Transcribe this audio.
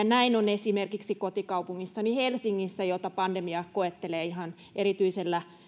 näin on esimerkiksi kotikaupungissani helsingissä jota pandemia koettelee ihan erityisellä